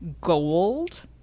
gold